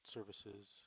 Services